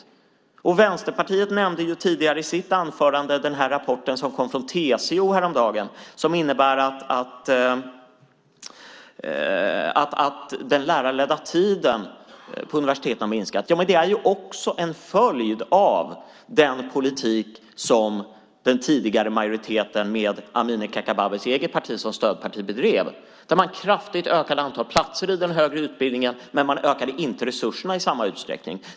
Representanten för Vänsterpartiet nämnde tidigare i sitt anförande den rapport som kom från TCO häromdagen. Den visade att den lärarledda tiden på universiteten har minskat. Det är en följd av den politik som den tidigare majoriteten bedrev med Amineh Kakabavehs eget parti som stödparti. Man ökade kraftigt antalet platser i den högre utbildningen men man ökade inte resurserna i samma utsträckning.